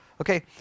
okay